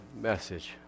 message